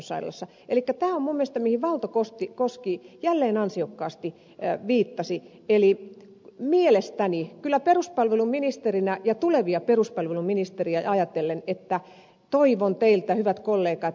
elikkä tämä on mihin valto koski jälleen ansiokkaasti viittasi eli mielestäni kyllä peruspalveluministerinä ja tulevia peruspalveluministereitä ajatellen toivon teiltä hyvät kollegat